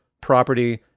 property